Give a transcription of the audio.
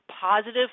positive